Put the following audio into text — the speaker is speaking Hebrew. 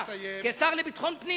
כשר לביטחון פנים,